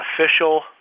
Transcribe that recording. official